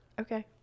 Okay